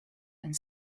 and